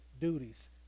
duties